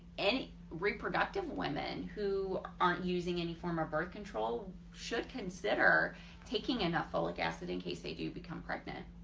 and reproductive women who aren't using any form of birth control should consider taking enough folic acid in case they do become pregnant.